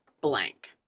blank